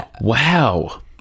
Wow